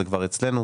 זה כבר אצלנו,